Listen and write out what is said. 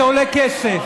זה עולה כסף,